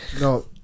no